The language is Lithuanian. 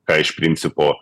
ką iš principo